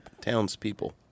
townspeople